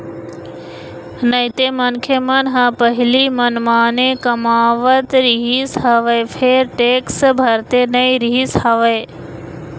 नइते मनखे मन ह पहिली मनमाने कमावत रिहिस हवय फेर टेक्स भरते नइ रिहिस हवय